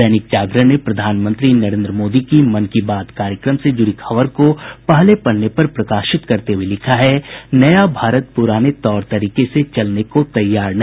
दैनिक जागरण ने प्रधानमंत्री नरेंद्र मोदी की मन की बात कार्यक्रम से जुड़ी खबर को पहले पन्ने पर प्रकाशित करते हुये लिखा है नया भारत पुराने तौर तरीके से चलने को तैयार नहीं